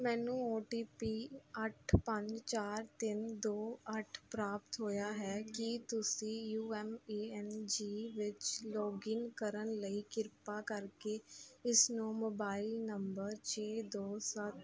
ਮੈਨੂੰ O T P ਅੱਠ ਪੰਜ ਚਾਰ ਤਿੰਨ ਦੋ ਅੱਠ ਪ੍ਰਾਪਤ ਹੋਇਆ ਹੈ ਕੀ ਤੁਸੀਂ U M A N G ਵਿੱਚ ਲੌਗਇਨ ਕਰਨ ਲਈ ਕਿਰਪਾ ਕਰਕੇ ਇਸਨੂੰ ਮੋਬਾਈਲ ਨੰਬਰ ਛੇ ਦੋ ਸੱਤ